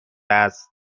است